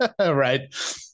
right